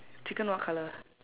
chicken what colour